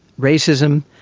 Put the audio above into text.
racism,